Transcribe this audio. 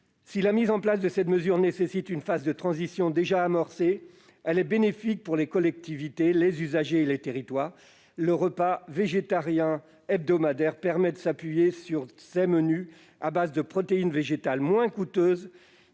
Si la mise en place de cette mesure nécessite une phase de transition déjà amorcée, elle est bénéfique pour les collectivités, les usagers et les territoires ; le repas végétarien hebdomadaire permet de s'appuyer sur des menus à base de protéines végétales moins coûteuses